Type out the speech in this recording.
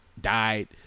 died